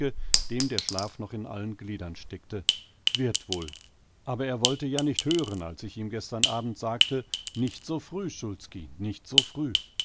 dem der schlaf noch in allen gliedern steckte wird wohl aber er wollte ja nicht hören als ich ihm gestern abend sagte nicht so früh szulski nicht so früh